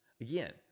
again